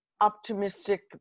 optimistic